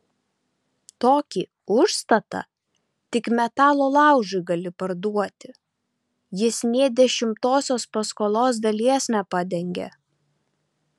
tokį užstatą tik metalo laužui gali parduoti jis nė dešimtosios paskolos dalies nepadengia